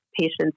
patients